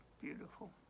beautiful